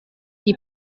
die